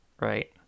right